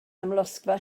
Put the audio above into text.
amlosgfa